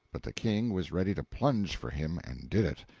but the king was ready to plunge for him, and did it.